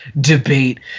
debate